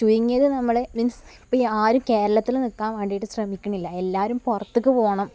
ചുരുങ്ങിയത് നമ്മള് മീൻസ് ഇപ്പോള് ആരും കേരളത്തിൽ നില്ക്കാൻ വേണ്ടിയിട്ട് ശ്രമിക്കുന്നില്ല എല്ലാവരും പുറത്തേക്ക് പോകണം